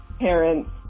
parents